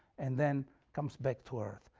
and then comes back to earth.